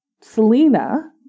Selena